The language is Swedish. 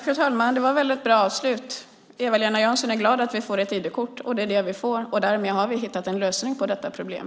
Fru talman! Det var en väldigt bra avslutning. Eva-Lena Jansson är glad att vi får ett ID-kort. Det är det vi får. Därmed har vi hittat en lösning på detta problem.